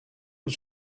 was